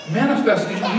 manifesting